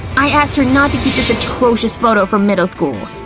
i asked her not to keep this atrocious photo from middle school!